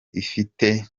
ifite